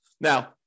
Now